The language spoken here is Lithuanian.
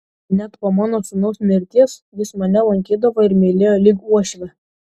net po mano sūnaus mirties jis mane lankydavo ir mylėjo lyg uošvę